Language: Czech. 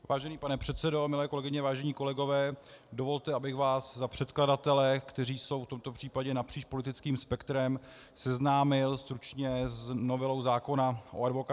Vážený pane předsedo, milé kolegyně, vážení kolegové, dovolte, abych vás za předkladatele, kteří jsou v tomto případě napříč politickým spektrem, seznámil stručně s novelou zákona o advokacii.